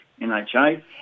NHA